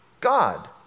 God